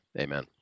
Amen